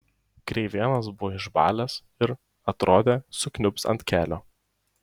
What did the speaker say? kreivėnas buvo išbalęs ir atrodė sukniubs ant kelio